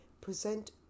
Present